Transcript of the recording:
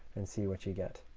and see what you get.